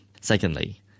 Secondly